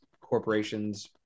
corporations